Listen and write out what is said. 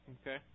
Okay